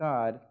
God